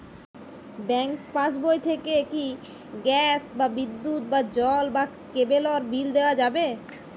Bank পাশবই থেকে কি গ্যাস বা বিদ্যুৎ বা জল বা কেবেলর বিল দেওয়া যাবে?